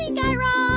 guy raz.